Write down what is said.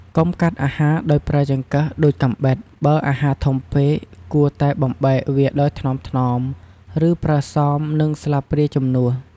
កុំកាត់អាហារដោយប្រើចង្កឹះដូចកាំបិត បើអាហារធំពេក គួរតែបំបែកវាដោយថ្នមៗ ឬប្រើសម និងស្លាបព្រាជំនួស។